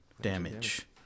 damage